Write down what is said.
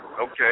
Okay